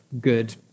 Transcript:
good